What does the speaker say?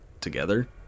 together